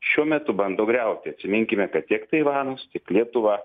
šiuo metu bando griauti atsiminkime kad tiek taivanas tiek lietuva